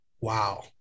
wow